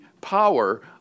power